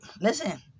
listen